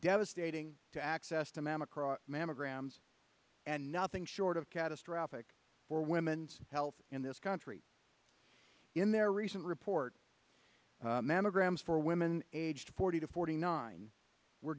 devastating to access them across mammograms and nothing short of catastrophic for women's health in this country in their recent report mammograms for women aged forty to forty nine were